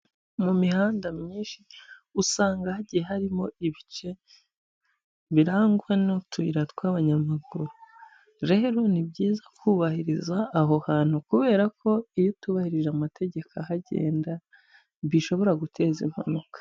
Mu mihanda myinshi, usanga hagiye harimo ibice birangwa n'utuyira tw'abanyamaguru, rero ni byiza kubahiriza aho hantu kubera ko iyo utubahirije amategeko ahagenda, bishobora guteza impanuka.